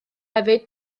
hefyd